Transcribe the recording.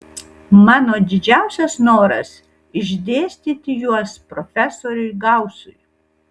mano didžiausias noras išdėstyti juos profesoriui gausui